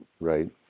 Right